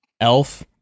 Elf